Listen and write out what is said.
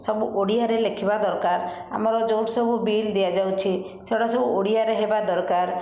ସବୁ ଓଡ଼ିଆରେ ଲେଖିବା ଦରକାର ଆମର ଯେଉଁ ସବୁ ବିଲ୍ ଦିଆଯାଉଛି ସେଗୁଡ଼ା ସବୁ ଓଡ଼ିଆରେ ହେବା ଦରକାର